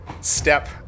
step